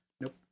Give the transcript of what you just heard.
Nope